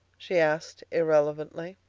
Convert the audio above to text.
she asked irrelevantly.